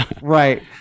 Right